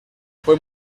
fue